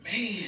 Man